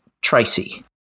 Tracy